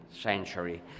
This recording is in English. century